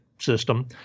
system